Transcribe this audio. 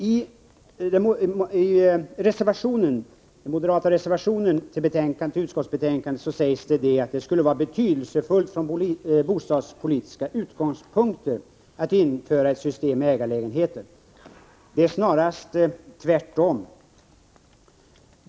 I den moderata reservationen nr 1 till utskottsbetänkandet sägs att det skulle vara betydelsefullt från bostadspolitiska utgångspunkter att införa ett system med ägarlägenheter. Det är snarast tvärtom.